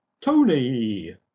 tony